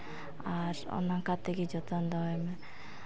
ᱟᱨ ᱚᱱᱠᱟ ᱛᱮᱜᱮ ᱡᱚᱛᱚᱱ ᱫᱚᱦᱚᱭ ᱢᱮ